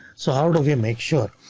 so how do we make sure?